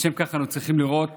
לשם כך אנו צריכים לראות